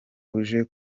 uje